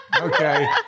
Okay